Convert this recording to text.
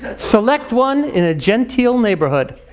select one in a gentile neighborhood.